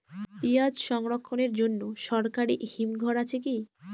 পিয়াজ সংরক্ষণের জন্য সরকারি হিমঘর আছে কি?